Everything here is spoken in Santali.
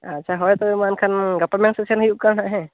ᱟᱪᱪᱷᱟ ᱦᱳᱭ ᱛᱚᱵᱮ ᱢᱟ ᱮᱱᱠᱷᱟᱱ ᱜᱟᱯᱟ ᱢᱮᱭᱟᱝ ᱥᱮᱫ ᱥᱮᱱ ᱦᱩᱭᱩᱜ ᱠᱟᱱᱟ ᱦᱮᱸ